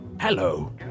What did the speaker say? Hello